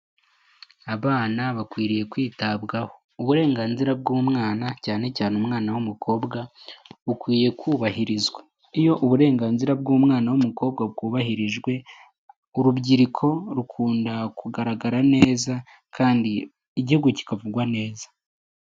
Abana bakwiriye kwitabwaho, uburenganzira bw'umwana cyane cyane umwan w'umukobwa bukwiye kubahirizwa. Iyo uburenganzira bw'umwana w'umukobwa bwubahirijwe, Urubyiruko rukunda kugaragara neza kandi igihugu kikavugwa neza.